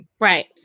Right